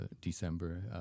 December